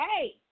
hey